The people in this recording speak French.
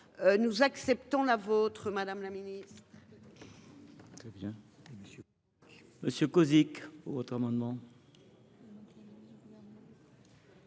nous accepterons la vôtre, madame la ministre.